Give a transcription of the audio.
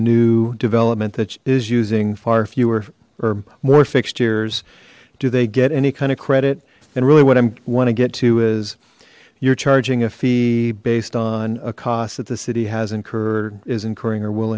new development that is using far fewer or more fixtures do they get any kind of credit and really what i want to get to is you're charging a fee based on a cost that the city has incurred is incurring or w